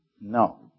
No